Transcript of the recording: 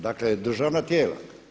Dakle, državna tijela.